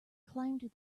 climbed